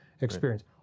experience